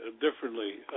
differently